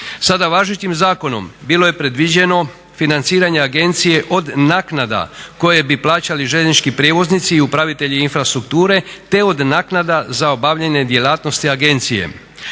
Sada važećim zakonom bilo je predviđeno financiranje agencije od naknada koje bi plaćali željeznički prijevoznici i upravitelji infrastrukture te od naknada za obavljanje djelatnosti agencije,